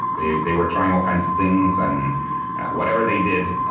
they they were trying all kinds of things, and whatever they did,